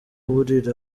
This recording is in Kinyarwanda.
burira